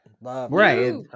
right